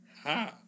Ha